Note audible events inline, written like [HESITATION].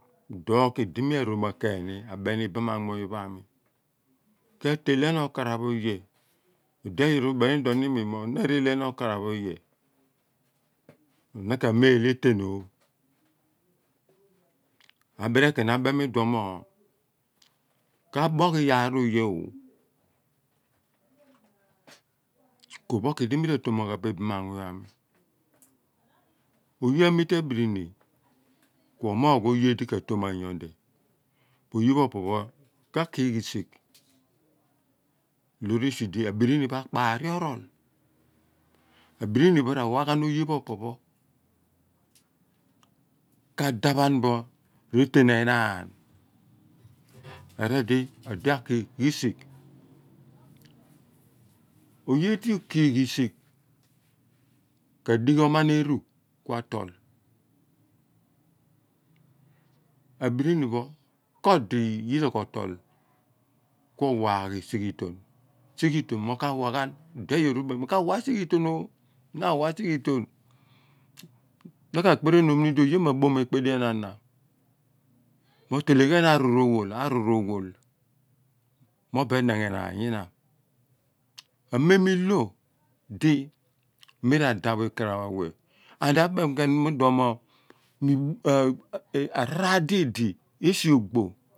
[UNINTELLIGIBLE] mia beni ibaam marthuny pho a mi ke telian okaraph oye ode a yoor umenidmi mo katalian okaraph oye na ka meel ni etean nooh abile keen a mem idion mo kaboogh iyaar oye oh iphen kuidi me ra to ma ghaabo ibaama muny pho oye amite abrini kuo moogh oye dika to ma noy di oye pho opo pho kaki risigh loor esidi abirini pho akpari orool abirini pho rawah ghan oye pho opo pho kadaphan bo retean enaan erodi odi aki risigh oye di uki risigh kadigh oman eru ka tol abrini pho kodi yira ko tool ku owa ghi sighiton sighiton kawaghan ode ayo ubeni iyoor kawa gh sighiton oh na wa sighi ton na ka pere nom ni di oye makpom ekpedien a na mo teleghan aruur a whohe mobo enighenaan nyina amem ilo di ini ra daph ikuraph a woh and a bean keeny idiown mo [HESITATION] araar di edi esi ogbo.